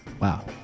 Wow